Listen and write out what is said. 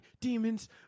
demons